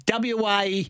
WA